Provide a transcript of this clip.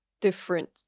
Different